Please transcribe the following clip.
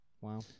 Wow